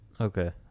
Okay